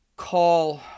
call